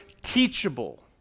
teachable